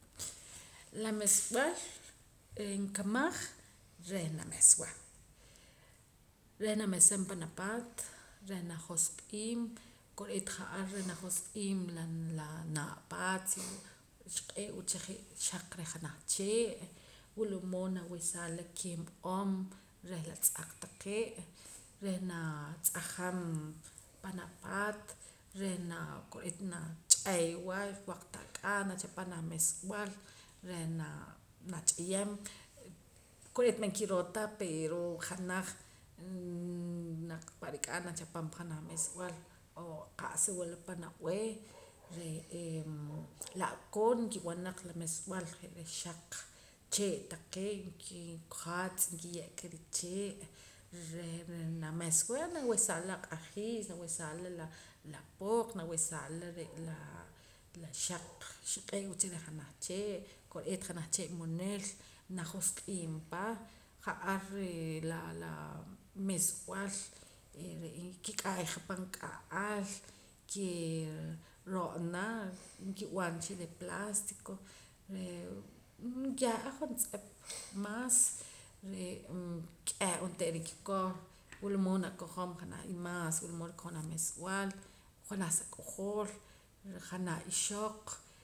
La mesb'al ee nkamaj reh nameswa reh namesam pan apaat reh najosq'iib' kore'eet ja'ar reh najosq'iim la naa' apaat si xq'eewa cha je' xaq reh janaj chee' wulmood nawesaam la' keem om reh la tz'aq taqee' reh naa natz'ajam pan apaat reh naa kore'eet nach'eywa waq ta ak'aa nachapam naj meesb'al reh naa natz'iyem kore'eet man kiroo ta pero janaj naq pa' rik'aa nachapam janaj meesb'al o qa'sa wula pan ab'ee re'ee la'koon nkib'an naq la meesb'al je' reh xaaq chee' taqee' nkijatz' nkiye'ka richee' reh nameswa y nawesaam la aq'ajiis nawesaam la la pooq nawesaam la xaq xi'q'eewa cha reh janaj chee' kore'eet janaj chee' munil najosq'iim pa ja'ar re' la laa meesb'al ere'ee ki'k'aay ja pan k'a'al ke roo'na nkib'an cha de plástico reh nyehaa juntz'ep maas re'em k'eh onteera nkikoj wulmood nakajom janaj imaas wulmood rikojom janaj meesb'al janaj sa k'ojool janaj ixoq